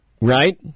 Right